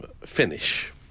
finish